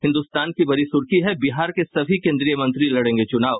हिन्दुस्तान की बड़ी सुर्खी है बिहार के सभी केंद्रीय मंत्री लड़ेंगे चुनाव